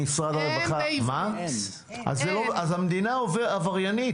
אז המדינה עבריינית.